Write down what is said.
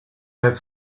have